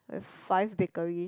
we have five bakery